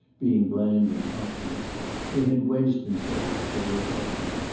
being bland and populous they had wedged themselves for refreshment.